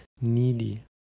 needy